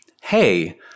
hey